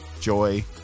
joy